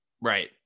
Right